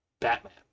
Batman